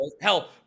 Hell